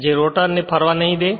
જે રોટર ને ફરવા નહી દે